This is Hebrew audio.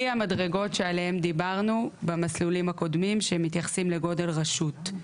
המדרגות שעליהם דיברנו במסלולים הקודמים שמתייחסים לגודל רשות.